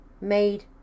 made